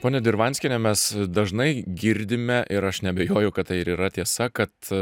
ponia dirvanskiene mes dažnai girdime ir aš neabejoju kad tai ir yra tiesa kad